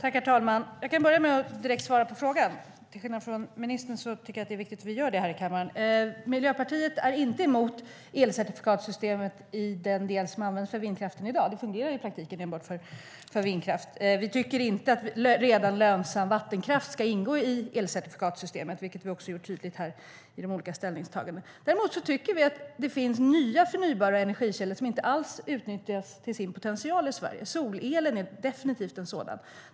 Herr talman! Jag kan börja med att direkt svara på frågan. Till skillnad från ministern tycker jag att det är viktigt att vi gör det här i kammaren. Miljöpartiet är inte emot elcertifikatssystemet i den del som används för vindkraften i dag - det fungerar i praktiken enbart för vindkraft. Vi tycker inte att redan lönsam vattenkraft ska ingå i elcertifikatssystemet, vilket vi har gjort tydligt i de olika ställningstagandena. Däremot tycker vi att det finns nya förnybara energikällor som inte alls utnyttjas till sin fulla potential i Sverige. Solelen är definitivt en sådan.